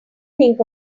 think